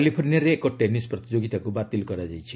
କାଲିଫର୍ଣ୍ଣିଆରେ ଏକ ଟେନିସ୍ ପ୍ରତିଯୋଗିତାକୁ ବାତିଲ୍ କରାଯାଇଛି